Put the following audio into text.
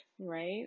Right